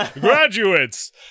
graduates